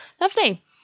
Lovely